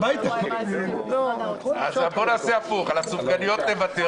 בואו נעשה להיפך, על הסופגניות נוותר.